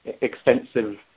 extensive